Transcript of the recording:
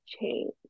change